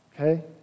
Okay